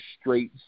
straight